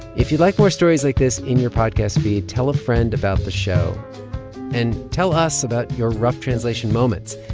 if you'd like more stories like this in your podcast feed, tell a friend about the show and tell us about your rough translation moments.